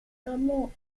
vermont